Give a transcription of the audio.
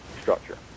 structure